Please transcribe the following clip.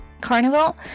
carnival